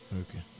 okay